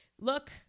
Look